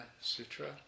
Sutra